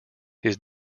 his